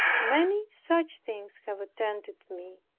many such things have attended me.